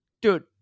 Dude